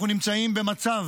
אנחנו נמצאים במצב